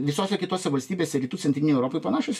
visose kitose valstybėse rytų centrinėj europoj panašios